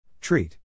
Treat